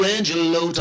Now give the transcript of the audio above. Angelo